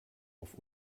auf